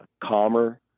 calmer